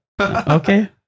okay